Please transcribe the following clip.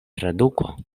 traduko